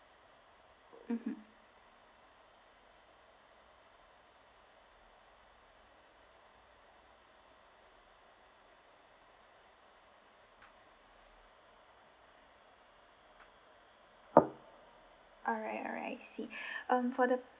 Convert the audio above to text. mmhmm alright alright I see um for the